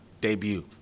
debut